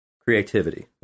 creativity